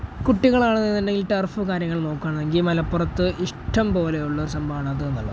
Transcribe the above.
കുട്ടികളാണെന്നുണ്ടെങ്കിൽ turf കാര്യങ്ങൾ നോക്കുകയാണെങ്കിൽ മലപ്പുറത്ത് ഇഷ്ടംപോലെയുള്ള സംഭവമാണ് അത് എന്നുള്ളത്